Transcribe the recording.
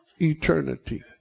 eternity